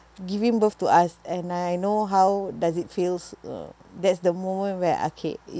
giving birth to us and I know how does it feels uh that's the moment where I ca~